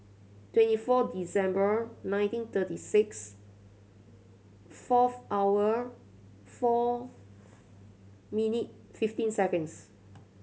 twenty four December nineteen thirty six fourth hour four minute fifteen seconds